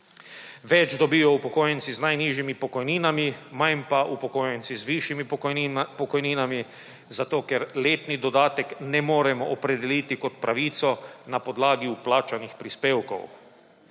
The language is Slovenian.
Več dobijo upokojenci z najnižjimi pokojninami, manj pa upokojenci z višjimi pokojninami, zato ker letnega dodatka ne moremo opredeliti kot pravico na podlagi vplačanih prispevkov.